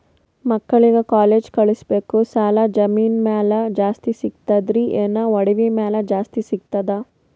ಮಕ್ಕಳಿಗ ಕಾಲೇಜ್ ಕಳಸಬೇಕು, ಸಾಲ ಜಮೀನ ಮ್ಯಾಲ ಜಾಸ್ತಿ ಸಿಗ್ತದ್ರಿ, ಏನ ಒಡವಿ ಮ್ಯಾಲ ಜಾಸ್ತಿ ಸಿಗತದ?